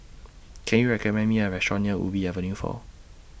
Can YOU recommend Me A Restaurant near Ubi Avenue four